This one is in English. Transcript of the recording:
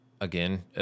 again